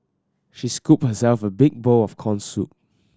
she scooped herself a big bowl of corn soup